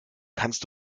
kannst